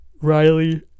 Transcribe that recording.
Riley